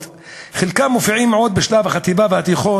רב, אבל הבורות לא פחות יקרה.